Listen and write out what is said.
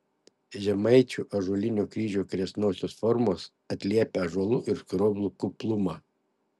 žemaičių ąžuolinių kryžių kresnosios formos atliepia ąžuolų ir skroblų kuplumą